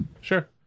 Sure